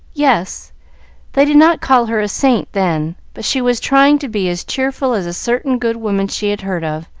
yes they did not call her a saint then, but she was trying to be as cheerful as a certain good woman she had heard of,